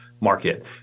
market